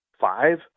Five